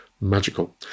magical